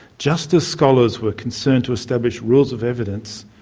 just as scholars were concerned to establish rules of evidence,